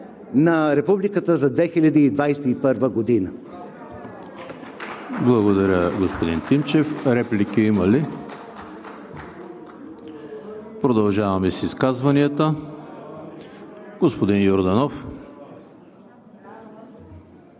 на Републиката за 2021 г.